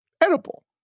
edible